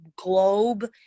globe